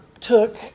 took